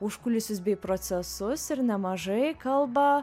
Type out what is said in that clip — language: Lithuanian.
užkulisius bei procesus ir nemažai kalba